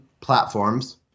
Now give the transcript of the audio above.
platforms